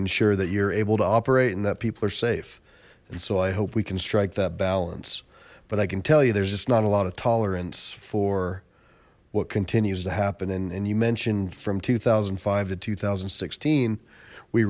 ensure that you're able to operate and that people are safe and so i hope we can strike that balance but i can tell you there's just not a lot of tolerance for what continues to happen and and you mentioned from two thousand and five to two thousand and sixteen we